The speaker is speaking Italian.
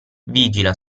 vigila